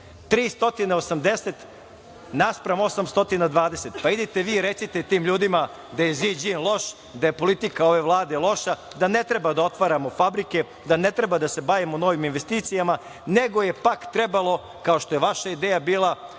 naspram 820. Pa, idite vi i recite tim ljudima da je Ziđin loš, da je politika ove vlade loša, da ne treba da otvaramo fabrike, da ne treba da se bavimo novim investicija, nego je pak trebalo, kao što vaša ideja bila